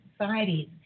societies